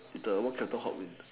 is the walk capital hope in